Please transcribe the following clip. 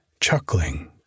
chuckling